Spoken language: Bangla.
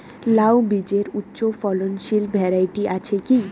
লাউ বীজের উচ্চ ফলনশীল ভ্যারাইটি আছে কী?